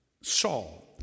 Saul